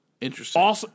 Interesting